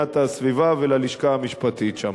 והגנת הסביבה וללשכה המשפטית שם.